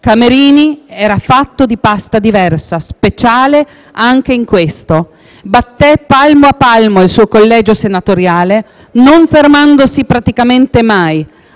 Camerini era fatto di pasta diversa, speciale anche in questo. Batté palmo a palmo il suo collegio senatoriale, non fermandosi praticamente mai.